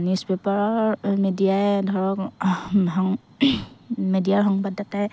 news পেপাৰৰ মিডিয়াই ধৰক মিডিয়াৰ সংবাদ দাতাই